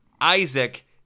Isaac